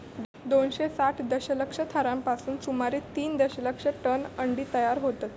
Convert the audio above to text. दोनशे साठ दशलक्ष थरांपासून सुमारे तीन दशलक्ष टन अंडी तयार होतत